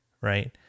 right